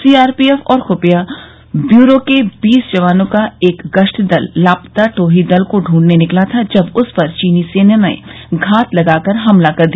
CRPF और खुफिया bureau के बीस जवानों का एक गस्तीदल लापता टोही दल को ढूंढने निकला था जब उसपर चीनी सेना ने घात लगाकर हमला कर दिया